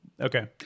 Okay